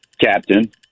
Captain